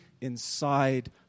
inside